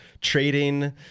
trading